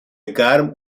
گرم